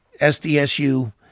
SDSU